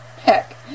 Heck